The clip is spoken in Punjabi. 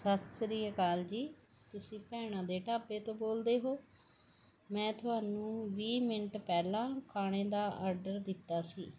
ਸਤਿ ਸ਼੍ਰੀ ਅਕਾਲ ਜੀ ਤੁਸੀਂ ਭੈਣਾਂ ਦੇ ਢਾਬੇ ਤੋਂ ਬੋਲਦੇ ਹੋ ਮੈਂ ਤੁਹਾਨੂੰ ਵੀਹ ਮਿੰਟ ਪਹਿਲਾਂ ਖਾਣੇ ਦਾ ਆਡਰ ਦਿੱਤਾ ਸੀ